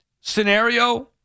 scenario